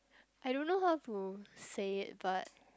I don't know how to say it but